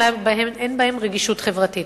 אלא אין בהן רגישות חברתית.